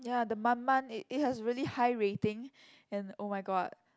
ya the Man-Man it it has really high rating and oh-my-god